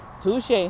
touche